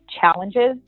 challenges